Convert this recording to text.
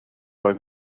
oedd